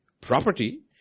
property